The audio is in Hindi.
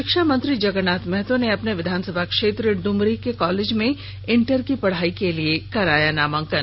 शिक्षा मंत्री जगरनाथ महतो ने अपने विधानसभा क्षेत्र डुमरी के कॉलेज में इंटर की पढ़ाई के लिए कराया नामांकन